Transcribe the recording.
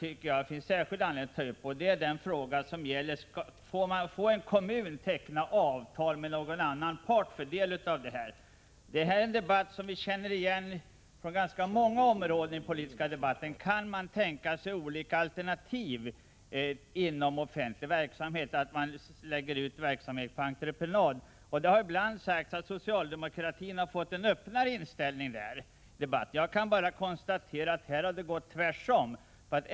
Det finns särskild anledning att ta upp en av de punkterna, nämligen huruvida en kommun får teckna avtal med någon annan part i vad gäller del av det arbete som omfattas av denna lag. Det här är en debatt som vi känner igen från ganska många områden: Kan man tänka sig olika alternativ inom offentlig verksamhet? Kan man lägga ut verksamhet på entreprenad? Det har ibland sagts att socialdemokratin har fått en öppnare inställning därvidlag. Jag kan bara konstatera, att i detta fall har det varit tvärtom.